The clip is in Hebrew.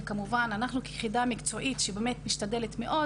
וכמובן, אנחנו כיחידה מקצועית שמשתדלת מאוד